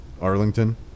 Arlington